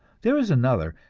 there is another,